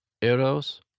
Eros